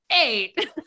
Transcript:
eight